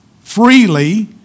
freely